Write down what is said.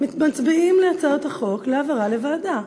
העברה לוועדה.